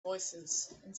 voicesand